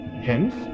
Hence